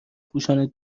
پوشان